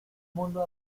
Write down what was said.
mundo